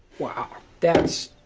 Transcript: wow. that's.